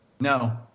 No